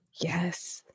Yes